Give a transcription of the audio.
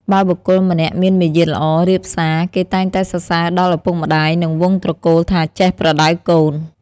បើបុគ្គលម្នាក់មានមារយាទល្អ រាបសារ គេតែងតែសរសើរដល់ឪពុកម្ដាយ និងវង្សត្រកូលថាចេះប្រដៅកូន។